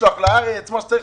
את המשלוח לארץ וכולי,